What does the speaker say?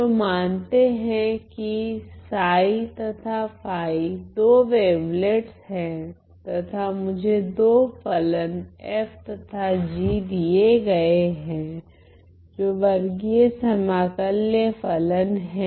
तो मानते है की तथा दो वेवलेट्स है तथा मुझे दो फलन f तथा g दिये गए है जो वर्गीय समाकल्य फलन हैं